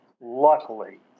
luckily